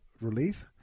relief